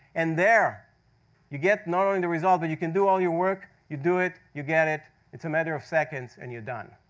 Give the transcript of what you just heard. and there you get, not only the result, but you can do all your work. you do it. you get it. it's a matter of seconds, and you're done.